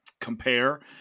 compare